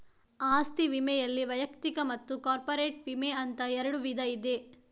ಆಸ್ತಿ ವಿಮೆನಲ್ಲಿ ವೈಯಕ್ತಿಕ ಮತ್ತು ಕಾರ್ಪೊರೇಟ್ ವಿಮೆ ಅಂತ ಎರಡು ವಿಧ ಇದೆ